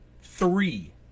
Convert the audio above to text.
Three